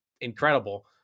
incredible